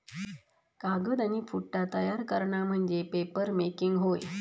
कागद आणि पुठ्ठा तयार करणा म्हणजे पेपरमेकिंग होय